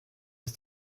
das